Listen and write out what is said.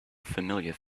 familiar